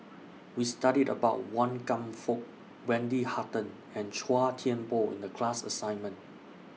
We studied about Wan Kam Fook Wendy Hutton and Chua Thian Poh in The class assignment